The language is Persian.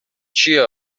چیه